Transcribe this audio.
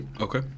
Okay